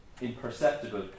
imperceptible